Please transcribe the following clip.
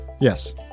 Yes